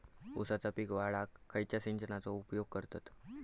ऊसाचा पीक वाढाक खयच्या सिंचनाचो उपयोग करतत?